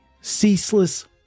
ceaseless